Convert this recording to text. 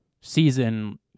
season